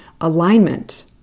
alignment